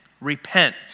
repent